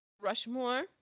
Rushmore